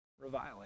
reviling